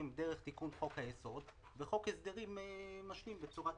דרך תיקון חוק היסוד וחוק הסדרים משלים בצורת